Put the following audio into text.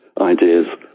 ideas